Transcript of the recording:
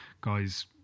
guys